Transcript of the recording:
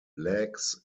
legs